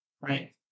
right